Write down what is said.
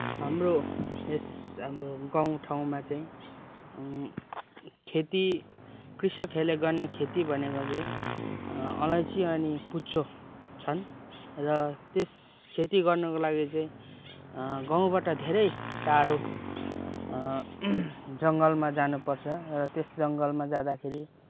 हाम्रो यस हाम्रो गाउँठाउँमा चाहिँ खेती कृषकहरूले गर्ने खेती भनेको चाहिँ अलैँची अनि कुच्चो छन् र त्यस खेती गर्नुको लागि चाहिँ गाउँबाट धेरै टाढो जङ्गलमा जानुपर्छ र त्यस जङ्गलमा जाँदाखेरि